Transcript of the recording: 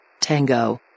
Tango